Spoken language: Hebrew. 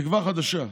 תקווה חדשה,